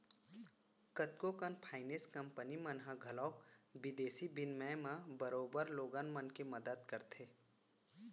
कतको कन finance company मन ह घलौक बिदेसी बिनिमय म बरोबर लोगन मन के मदत करथे